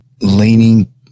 leaning